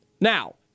Now